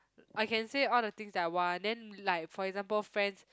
I can say all the things that I want then like for example friends